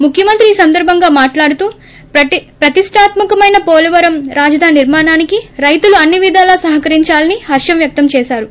ముఖ్యమంత్రి ఈ సందర్భంగా మాట్లాడుతూ ప్రతిస్తాత్మ కమైన వోలవరం రాజధాని నిర్మాణానికి రైతులు అన్ని విధాల సహకరించారని హర్షం వ్యక్తం చేసారు